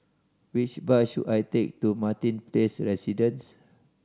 which bus should I take to Martin Place Residence